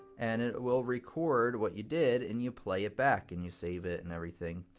and it will record what you did, and you play it back. and you save it and everything.